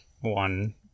one